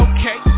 Okay